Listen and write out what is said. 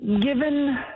given